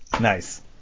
nice